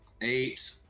Eight